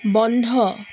বন্ধ